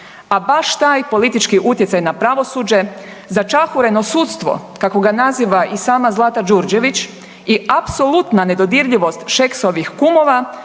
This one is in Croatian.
a baš taj politički utjecaj na pravosuđe začahureno sudstvo, kako ga naziva i sama Zlata Đurđević, i apsolutna nedodirljivost Šeksovih kumova